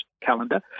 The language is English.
calendar